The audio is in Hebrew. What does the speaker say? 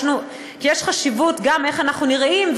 כי יש חשיבות גם לאיך שאנחנו נראים,